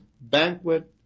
banquet